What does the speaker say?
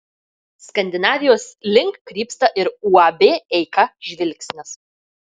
skandinavijos link krypsta ir uab eika žvilgsnis